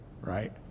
right